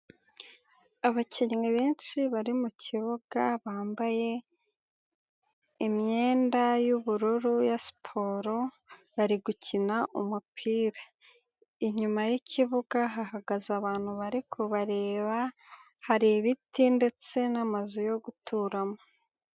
Abakinnyi benshi bari mu kibuga bambaye imyenda y'ubururu ya siporo, bari gukina umupira inyuma y'ikibuga hahagaze abantu bari kubareba, hari ibiti ndetse n'amazu yo guturamo.